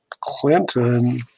Clinton